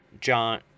John